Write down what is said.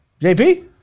JP